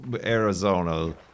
Arizona